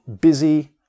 busy